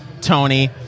Tony